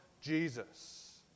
Jesus